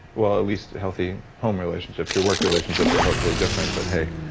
well, at least healthy home relationships. your work relationships are hopefully different but hey.